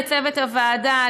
לצוות הוועדה,